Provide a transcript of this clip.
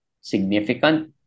significant